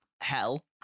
hell